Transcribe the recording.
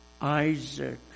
Isaac